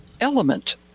element